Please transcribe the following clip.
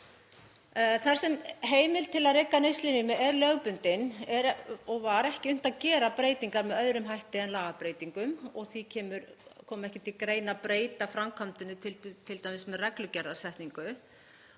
Þar sem heimild til að reka neyslurými er lögbundin er ekki unnt að gera breytingar með öðrum hætti en lagabreytingum og því kemur ekki til greina að breyta framkvæmdinni t.d. með reglugerðarsetningu.